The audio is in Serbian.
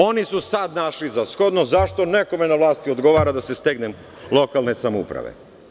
Oni su sad našli za shodno zašto nekome na vlasti odgovara da se stegnu lokalne samouprave.